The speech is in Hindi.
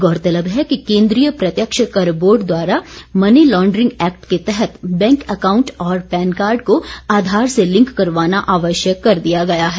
गौरतलब है कि केंद्रीय प्रत्यक्ष कर बोर्ड द्वारा मनी लॉड्रिंग एक्ट के तहत बैंक एकाउंट और पैन कार्ड को आधार से लिंक करवाना आवश्यक कर दिया गया है